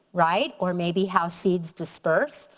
right? or maybe how seeds disperse,